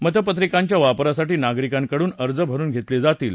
मतपत्रिकांच्या वापरासाठी नागरिकांकडून अर्ज भरून घेतले जातील